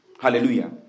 Hallelujah